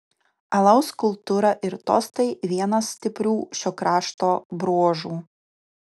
alaus kultūra ir tostai vienas stiprių šio krašto bruožų